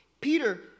Peter